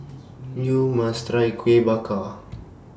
YOU must Try Kuih Bakar